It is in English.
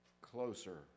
Closer